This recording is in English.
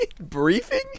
Briefing